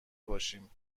باشیم